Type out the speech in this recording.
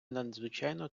надзвичайно